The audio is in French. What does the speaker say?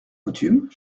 coutume